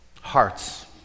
hearts